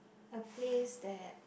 a place that